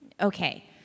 Okay